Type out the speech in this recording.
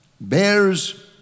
Bears